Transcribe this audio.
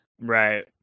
Right